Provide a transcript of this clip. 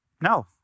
No